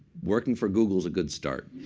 working for google is a good start.